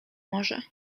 może